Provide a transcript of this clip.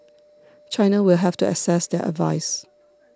China will have to assess their advice